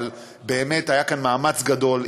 אבל באמת היה כאן מאמץ גדול,